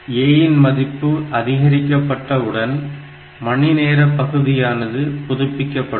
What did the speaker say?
A இன் மதிப்பு அதிகரிக்கப்பட்ட உடன் மணிநேர பகுதியானது புதுப்பிக்கப்படும்